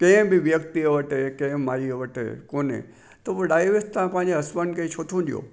कंहिं बि व्यक्ति ई वटि कंहिं माईअ वटि कोन्हे त वो डाइवोर्स तव्हां पंहिंजे हस्बैंड खे छो त ॾियूं